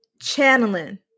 channeling